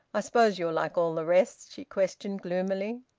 i suppose you're like all the rest? she questioned gloomily.